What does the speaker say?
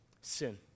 Sin